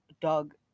dog